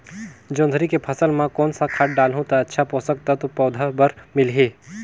जोंदरी के फसल मां कोन सा खाद डालहु ता अच्छा पोषक तत्व पौध बार मिलही?